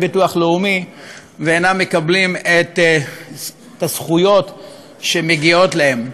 הביטוח הלאומי ואינם מקבלים את הזכויות שמגיעות להם.